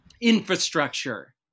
infrastructure